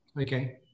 Okay